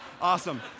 Awesome